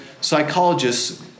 psychologists